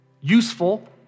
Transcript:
useful